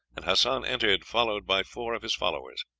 and hassan entered, followed by four of his followers.